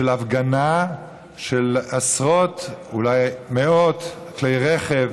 הפגנה של עשרות, אולי מאות כלי רכב,